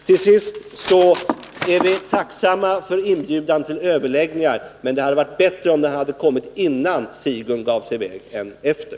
Till sist är vi tacksamma för inbjudan till överläggningar, men det hade varit bättre om den hade kommit innan Sigyn gav sig i väg än efter.